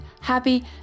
happy